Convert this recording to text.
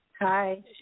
Hi